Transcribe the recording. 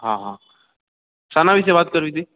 હા હા શેના વિશે વાત કરવી હતી